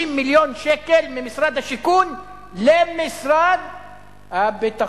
העברה של 450 מיליון שקל ממשרד למשרד הביטחון.